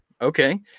Okay